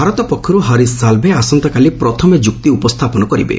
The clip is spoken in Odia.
ଭାରତ ପକ୍ଷର୍ ହରୀଶ ସାଲ୍ଭେ ଆସନ୍ତାକାଲି ପ୍ରଥମେ ଯୁକ୍ତି ଉପସ୍ଥାପନ କରିବେ